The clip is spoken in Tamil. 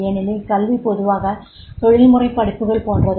ஏனெனில் கல்வி பொதுவாக தொழில்முறைப் படிப்புகள் போன்றது